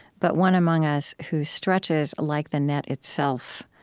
but one among us who stretches like the net itself,